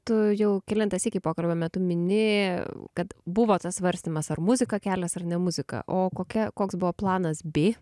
tu jau kelintą sykį pokalbio metu mini kad buvo tas svarstymas ar muzika kelias ar ne muzika o kokia koks buvo planas b